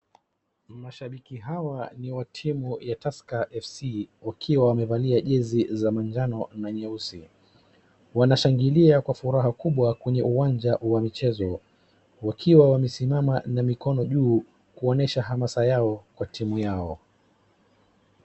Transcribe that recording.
Mashabiki hawa ni wa timu ya Tusker FC wakiwa wamevalia jezi za majano na nyeusi. Wanashangilia kwa furaha kubwa kwenye uwanja wa michezo. Wakiwa wamesimama na mikono juu kuonyesha hamasha yao kwa timu yao